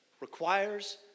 requires